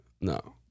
No